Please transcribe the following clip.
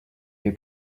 you